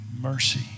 mercy